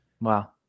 Wow